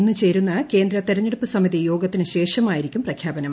ഇന്ന് ചേരുന്ന കേന്ദ്ര തെരഞ്ഞെടുപ്പ് സമതി യോഗത്തിന് ശേഷമായിരിക്കും പ്രഖ്യാപനം